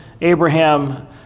Abraham